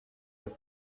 but